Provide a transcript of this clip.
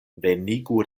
venigu